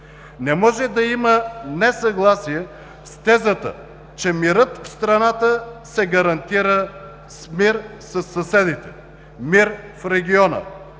Не може да има несъгласие с тезата, че мирът в страната се гарантира с мир със съседите, мир в региона,